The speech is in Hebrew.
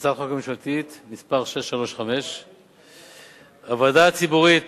הצעת חוק ממשלתית מס' 635. הוועדה הציבורית